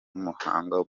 nk’umuhanga